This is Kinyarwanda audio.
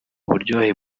uburyohe